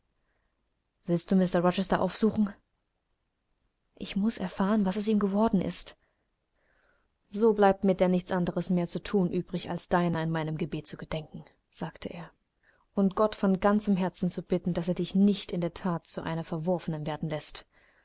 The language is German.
willst du mr rochester aufsuchen ich muß erfahren was aus ihm geworden ist so bleibt mir denn nichts anderes mehr zu thun übrig als deiner in meinem gebet zu gedenken sagte er und gott von ganzem herzen zu bitten daß er dich nicht in der that zu einer verworfenen werden läßt